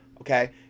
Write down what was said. okay